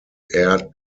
air